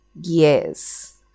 Yes